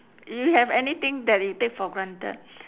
you have anything that you take for granted